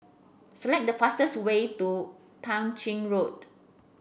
select the fastest way to Tah Ching Road